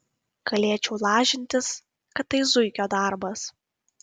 galėčiau lažintis kad tai zuikio darbas